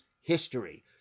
history